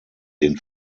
den